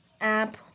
app